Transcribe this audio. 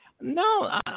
No